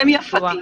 אבי פרץ בבקשה.